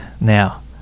Now